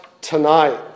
tonight